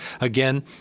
Again